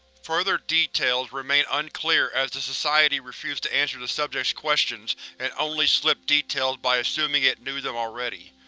further details remain unclear as the society refused to answer the subject's questions and only slipped details by assuming it knew them already.